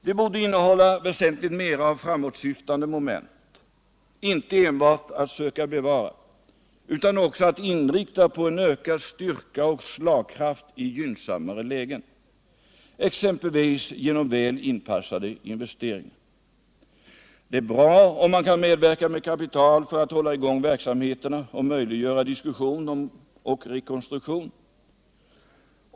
De borde innehålla väsentligt mer av framåtsyftande moment, inte enbart söka bevara utan också inrikta på en ökad styrka och slagkraft i gynnsammare lägen, exempelvis genom väl inpassade investeringar. Det är bra om man kan medverka med kapital för att hålla i gång verksamheterna och möjliggöra diskussion och rekonstruktion.